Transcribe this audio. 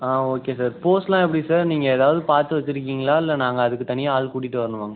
ஆ okay sir போஸ்லாம் எப்படி sir நீங்கள் எதாவது பார்த்து வச்சுருக்கீங்களா இல்லை நாங்கள் அதுக்கு தனியாக ஆள் கூட்டிகிட்டு வரணுமாங்க